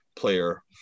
player